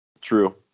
true